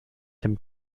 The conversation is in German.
dem